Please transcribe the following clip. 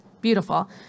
Beautiful